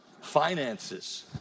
finances